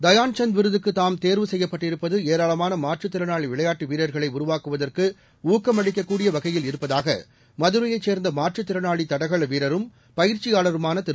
தயான்சந்த் விரதுக்கு தாம் தேர்வு செய்யப்பட்டிருப்பது ஏராளமான மாற்றுத் திறனாளி விளையாட்டு வீரர்களை உருவாக்குவதற்கு ஊக்கமளிக்கக்கூடிய வகையில் இருப்பதாக மதுரையைச் சேர்ந்த மாற்றுத் திறனாளி தடகள வீரரும் பயிற்சியாளருமான திரு